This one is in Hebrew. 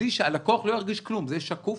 הלקוח לא ירגיש כלום, זה יהיה לו "שקוף",